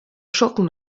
schurken